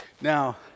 Now